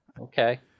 Okay